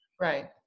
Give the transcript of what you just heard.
right